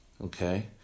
okay